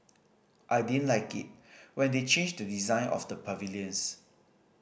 I didn't like it when they changed the design of the pavilions